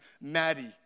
Maddie